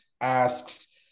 asks